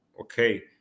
okay